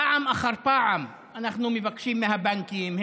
פעם אחר פעם אנחנו מבקשים מהבנקים,